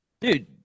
dude